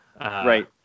Right